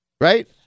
Right